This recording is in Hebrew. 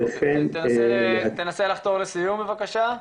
תנסה לחתור לסיום בבקשה.